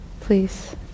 Please